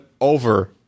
over